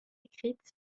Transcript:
écrite